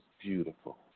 beautiful